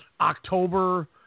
October